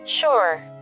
Sure